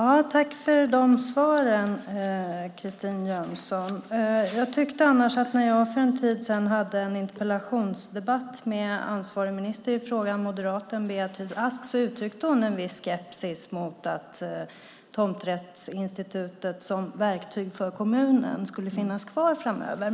Herr talman! Jag tackar för svaren, Christine Jönsson. När jag för en tid sedan hade en interpellationsdebatt med ansvarig minister i frågan, moderaten Beatrice Ask, tyckte jag att hon uttryckte en viss skepsis mot att tomträttsinstitutet som verktyg för kommunen skulle finnas kvar framöver.